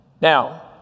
Now